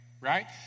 right